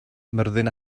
myrddin